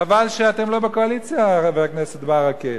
חבל שאתם לא בקואליציה, חבר הכנסת ברכה.